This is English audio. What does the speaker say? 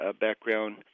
background